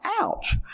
ouch